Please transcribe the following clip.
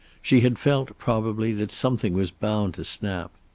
she had felt, probably, that something was bound to snap.